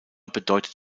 bedeutet